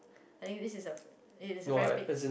I think this is a this is a very big